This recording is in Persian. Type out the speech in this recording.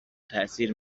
تاثیر